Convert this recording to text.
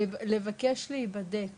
לבקשה להיבדק